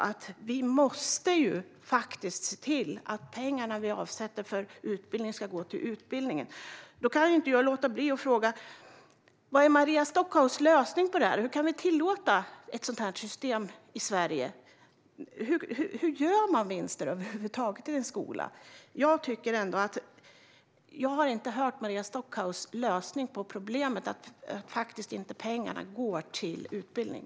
Men vi måste se till att pengarna vi avsätter för utbildning går till utbildning. Vad är Maria Stockhaus lösning på detta? Hur kan vi tillåta ett sådant här system i Sverige? Hur gör man över huvud taget vinster i en skola? Jag har inte hört Maria Stockhaus lösning på problemet att pengarna faktiskt inte går till utbildning.